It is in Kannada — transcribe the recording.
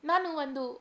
ನಾನು ಒಂದು